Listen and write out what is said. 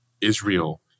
Israel